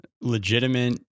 legitimate